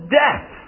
death